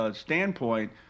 standpoint